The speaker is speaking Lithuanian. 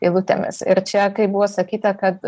eilutėmis ir čia kaip buvo sakyta kad